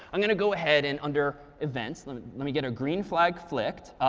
i'm going to go ahead and under events let me get a green flag clicked.